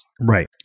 Right